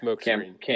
Cam